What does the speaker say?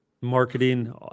marketing